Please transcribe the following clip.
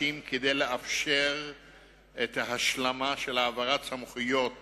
כדי לאפשר את ההשלמה של העברת סמכויות